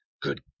Good